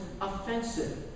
offensive